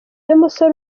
y’umusore